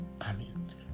Amen